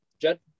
Jed